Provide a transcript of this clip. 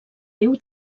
déu